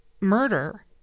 murder